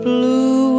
Blue